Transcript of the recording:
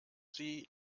sie